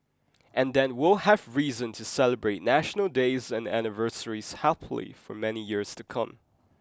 and then we'll have reason to celebrate National Days and anniversaries happily for many years to come